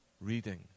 reading